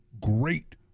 great